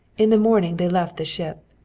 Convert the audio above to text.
in the morning they left the ship.